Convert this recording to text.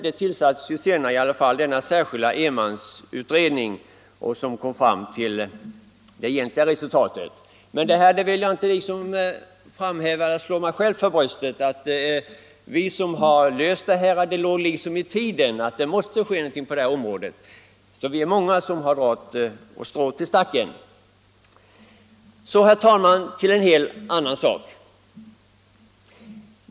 Senare tillsattes i alla fall denna särskilda enmansutredning som kom fram till det egentliga re sultatet. Jag vill emellertid inte slå mig själv för bröstet inför denna utveckling. Vi som tog upp frågan visste att den liksom låg i tiden, att det måste ske någonting på det här området. Många har dragit sitt strå till stacken. Så, herr talman, till en helt annan sak.